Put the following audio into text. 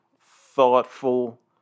thoughtful